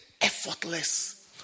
effortless